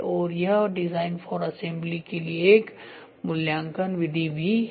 और यह design for assembly के लिए एक मूल्यांकन विधि भी है